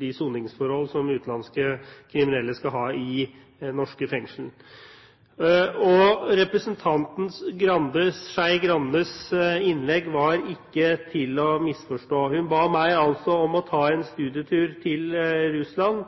de soningsforhold som utenlandske kriminelle skal ha i norske fengsler. Representanten Skei Grandes innlegg var ikke til å misforstå. Hun ba meg altså om å ta en studietur til Russland